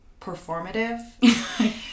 performative